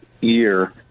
year